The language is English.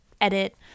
edit